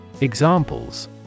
Examples